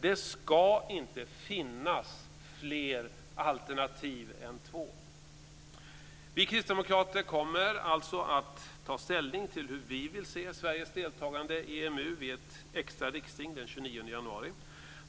Det ska inte finnas fler alternativ än två. Vi kristdemokrater kommer alltså att ta ställning till hur vi vill se Sveriges deltagande i EMU vid ett extra riksting den 29 januari.